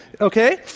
okay